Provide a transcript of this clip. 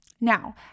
Now